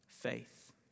Faith